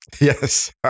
Yes